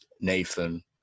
Nathan